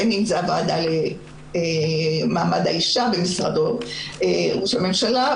בין אם זאת הוועדה למעמד האישה במשרד ראש הממשלה,